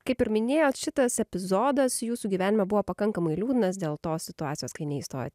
kaip ir minėjot šitas epizodas jūsų gyvenime buvo pakankamai liūdnas dėl tos situacijos kai neįstojot